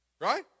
right